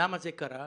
למה זה קרה?